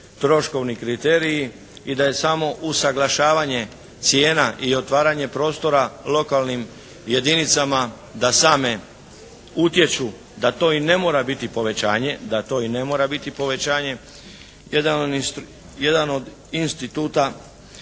troškovni kriteriji i da je samo usuglašavanje cijena i otvaranje prostora lokalnim jedinicama da same utječu da to i ne mora biti povećanje, da to i ne mora